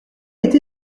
été